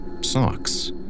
socks